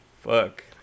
fuck